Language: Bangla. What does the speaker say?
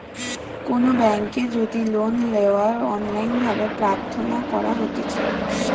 কোনো বেংকের যদি লোন লেওয়া অনলাইন ভাবে প্রার্থনা করা হতিছে